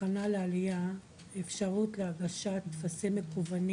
הכנה עלייה, אפשרות להגשת טפסים מקוונים